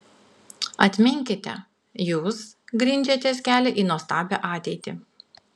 atminkite jūs grindžiatės kelią į nuostabią ateitį